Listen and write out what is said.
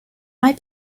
might